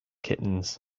kittens